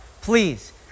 Please